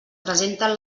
presenten